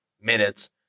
minutes